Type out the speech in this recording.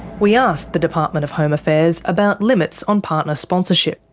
we asked the department of home affairs about limits on partner sponsorship.